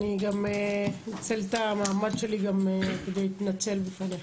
אני גם אנצל את המעמד שלי כדי להתנצל בפניך.